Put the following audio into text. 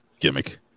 gimmick